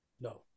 No